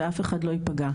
ואף אחד לא ייפגע.